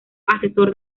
asesor